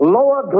Lower